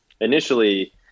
initially